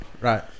Right